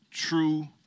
True